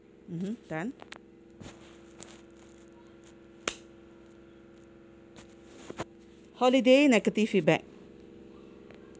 mmhmm done holiday negative feedback